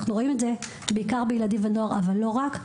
אנחנו רואים את זה בעיקר בילדים ונוער, אבל לא רק.